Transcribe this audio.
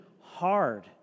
hard